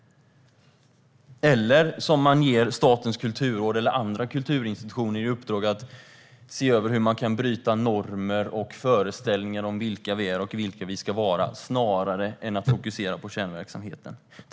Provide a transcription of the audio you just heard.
Man har gett Statens kulturråd och andra kulturinstitutioner i uppdrag att se över hur de kan bryta normer och föreställningar om vilka vi är och vilka vi ska vara, snarare än att fokusera på kärnverksamheten.